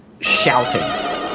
shouting